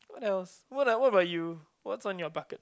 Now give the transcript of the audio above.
I was what what about you what is on your bucket